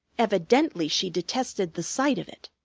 evidently she detested the sight of it.